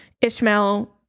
Ishmael